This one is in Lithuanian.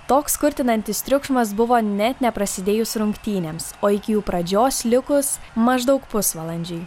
toks kurtinantis triukšmas buvo net neprasidėjus rungtynėms o iki jų pradžios likus maždaug pusvalandžiui